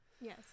Yes